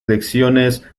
lecciones